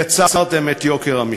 יצרתם את יוקר המחיה,